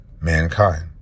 mankind